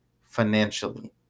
financially